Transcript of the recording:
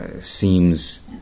seems